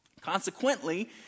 Consequently